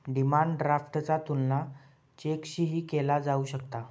demand ड्राफ्टचा तुलना चेकशीही केला जाऊ शकता